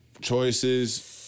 choices